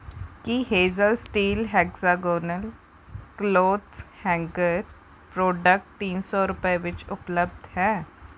ਕੀ Hazel steel hexagonal clothes hanger product ਤਿੰਨ ਸੌ ਰੁਪਏ ਵਿੱਚ ਉਪਲਬਧ ਹੈ